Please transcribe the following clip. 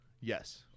Yes